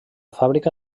fàbrica